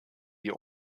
die